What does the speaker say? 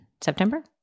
September